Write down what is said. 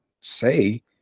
say